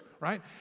Right